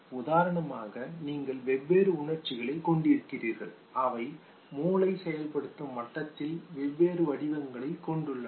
உதாரணமாக நீங்கள் வெவ்வேறு உணர்ச்சிகளைக் கொண்டிருக்கிறீர்கள் அவை மூளை செயல்படுத்தும் மட்டத்தில் வெவ்வேறு வடிவங்களைக் கொண்டுள்ளன